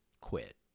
quit